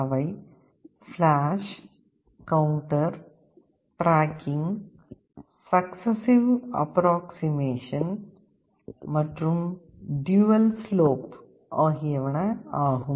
அவை flash counter tracking successive approximation மற்றும் dual slope ஆகியனவாகும்